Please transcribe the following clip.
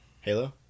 Halo